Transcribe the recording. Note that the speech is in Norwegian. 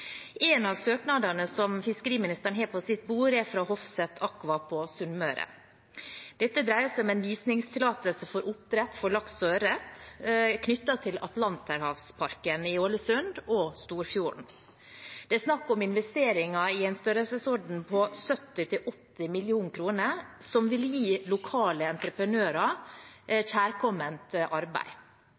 En av søknadene som fiskeriministeren har på sitt bord, er fra Hofseth Aqua på Sunnmøre. Dette dreier seg om en visningstillatelse for oppdrett for laks og ørret knyttet til Atlanterhavsparken i Ålesund og Storfjorden. Det er snakk om investeringer i størrelsesorden 70–80 mill. kr, som vil gi lokale entreprenører kjærkomment arbeid.